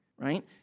right